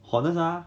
hornest ah